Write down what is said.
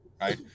right